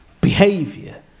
behavior